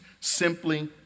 simply